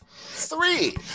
Three